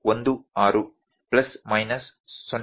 16 plus minus 0